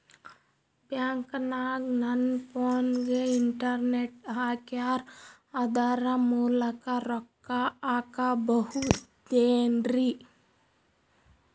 ಬ್ಯಾಂಕನಗ ನನ್ನ ಫೋನಗೆ ಇಂಟರ್ನೆಟ್ ಹಾಕ್ಯಾರ ಅದರ ಮೂಲಕ ರೊಕ್ಕ ಹಾಕಬಹುದೇನ್ರಿ?